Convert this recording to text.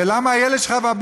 למה הילד שלך,